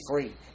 free